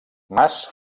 mas